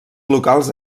locals